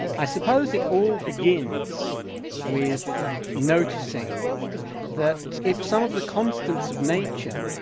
i suppose it all begins with noticing that if some of the constants of nature,